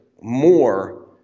more